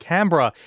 Canberra